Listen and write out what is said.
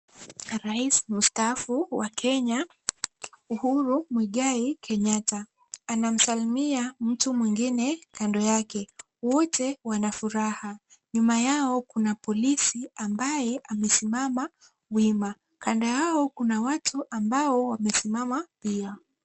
Rais mstaafu wa Kenya Uhuru Muigai Kenyatta. Anamsalimia mtu mwingine kando yake. Wote wana furaha. Nyuma yao kuna polisi ambaye amesimama wima. Kando yao kuna watu ambao wamesimama pia.